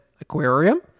aquarium